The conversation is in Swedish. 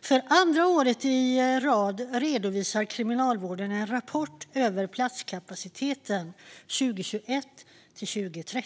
För andra året i rad redovisar Kriminalvården en rapport om platskapaciteten 2021-2030.